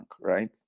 right